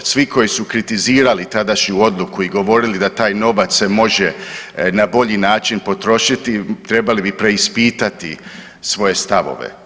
Svi koji su kritizirali tadašnju odluku i govorili da taj novac se može na bolji način potrošiti, trebali bi preispitati svoje stavove.